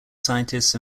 scientists